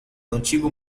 antigo